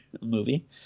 movie